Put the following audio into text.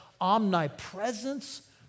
omnipresence